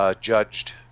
Judged